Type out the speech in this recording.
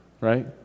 right